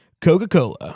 coca-cola